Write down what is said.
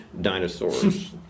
dinosaurs